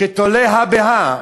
שתולה הא בהא,